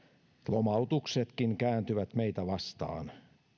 lomautuksetkin kääntyvät meitä vastaan